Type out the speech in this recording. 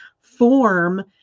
form